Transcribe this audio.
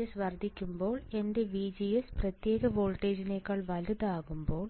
VGS വർദ്ധിക്കുമ്പോൾ എന്റെ VGS പ്രത്യേക വോൾട്ടേജിനേക്കാൾ വലുതാകുമ്പോൾ